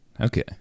okay